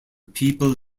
people